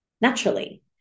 naturally